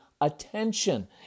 attention